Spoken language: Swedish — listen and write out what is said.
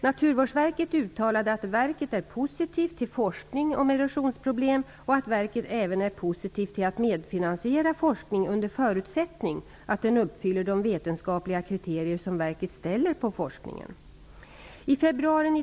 Naturvårdsverket uttalade att verket är positivt till forskning om erosionsproblem och att verket även är positivt till att medfinansiera forskning, under förutsättning att den uppfyller de vetenskapliga kriterier som verket ställer på forskningen.